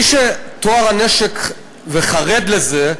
מי שטוהר הנשק, חרד לזה,